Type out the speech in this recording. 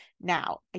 Now